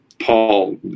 Paul